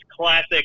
classic